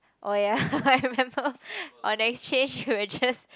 oh ya I remember on exchange we were just